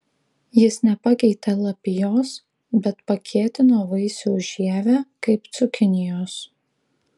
jis nepakeitė lapijos bet pakietino vaisiaus žievę kaip cukinijos